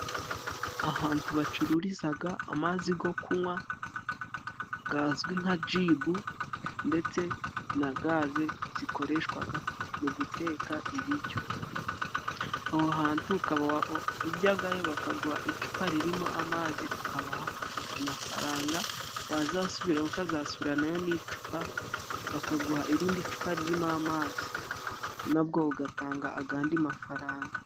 Ahantu bacururizaga amazi gwo kunywa gazwi nka jibu ndetse na gaze zikoreshwaga mu guteka ibiryo. Aho hantu ukaba ujyagayo bakaguha icupa ririmo amazi ukabaha amafaranga, wazasubiraho ukazasubiraranayo n'icupa bakaguha irindi cupa ririmo amazi nabwo ugatanga agadi mafaranga.